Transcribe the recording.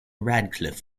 radcliffe